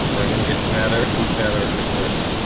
they're gonna get better and better at this,